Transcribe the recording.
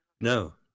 No